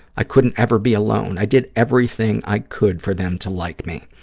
i couldn't ever be alone. i did everything i could for them to like me.